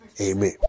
Amen